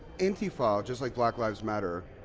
antifa, just like black lives matter,